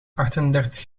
achtendertig